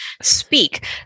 speak